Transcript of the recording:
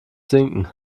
sinken